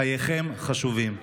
חייכם חשובים.